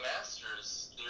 Masters